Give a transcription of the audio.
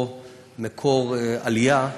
או מקור עלייה,